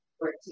work